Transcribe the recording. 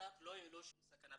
ות"ת לא העלו שום סכנה.